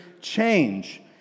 change